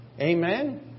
Amen